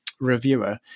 reviewer